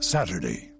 Saturday